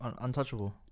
untouchable